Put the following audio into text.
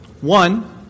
One